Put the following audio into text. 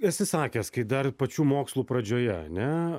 esi sakęs kai dar pačių mokslų pradžioje ne